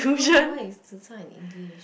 !wah! what is zi char in English